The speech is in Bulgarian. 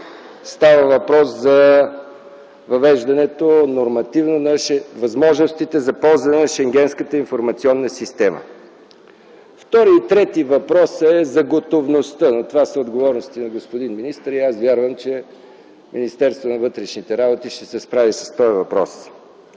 Става въпрос за нормативното въвеждане на възможностите за ползване на Шенгенската информационна система. Вторият и третият въпрос са за отговорността, но това са отговорности на господин министъра. Вярвам, че Министерството на вътрешните работи ще се справи с този въпрос.